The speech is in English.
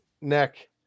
neck